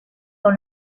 dans